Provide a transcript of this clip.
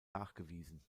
nachgewiesen